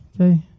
okay